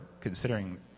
considering